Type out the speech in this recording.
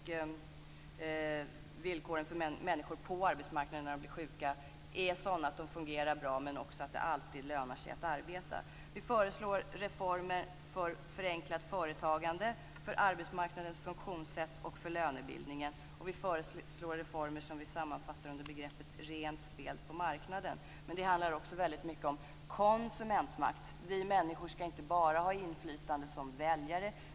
Villkoren för människor på arbetsmarknaden som blir sjuka skall vara sådana att de fungerar bra, men det skall också alltid löna sig att arbeta. Vi föreslår reformer för förenklat företagande, för arbetsmarknadens funktionssätt och för lönebildningen. Vidare föreslår vi reformer som vi sammanfattar med begreppet rent spel på marknaden. Men det handlar också väldigt mycket om konsumentmakt. Vi människor skall inte bara ha inflytande som väljare.